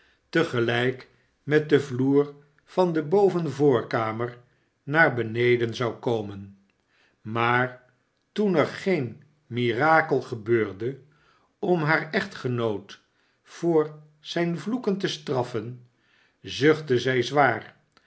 gelijk met den vloer van de bovenvoorkamer naar beneden zou komen maar toen er geen mirakel gebeurde om haar echtgenoot voor zijn vloeken te straffen zuchtte zij zwaar